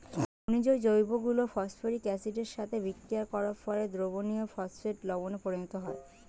খনিজ যৌগগুলো ফসফরিক অ্যাসিডের সাথে বিক্রিয়া করার ফলে দ্রবণীয় ফসফেট লবণে পরিণত হয়